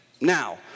Now